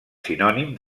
sinònim